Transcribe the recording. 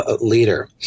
leader